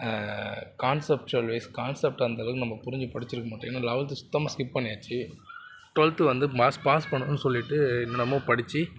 conceptual wise concept அந்தளவுக்கு நம்ம புரிஞ்சு படித்திருக்க மாட்டோம் ஏன்னால் லெவல்த்து சுத்தமாக ஸ்கிப் பண்ணியாச்சு டுவெல்த்து வந்து மாஸ் பாஸ் பண்ணணும்னு சொல்லிவிட்டு என்னென்னமோ படித்து